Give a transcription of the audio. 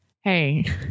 Hey